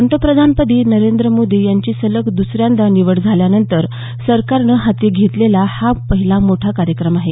पंतप्रधानपदी नरेंद्र मोदी यांची सलग दुसऱ्यांदा निवड झाल्यावर सरकारनं हाती घेतलेला हा पहिला मोठा कार्यक्रम आहे